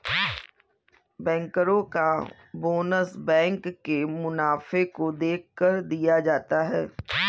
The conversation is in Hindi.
बैंकरो का बोनस बैंक के मुनाफे को देखकर दिया जाता है